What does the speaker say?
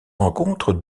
rencontre